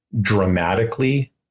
dramatically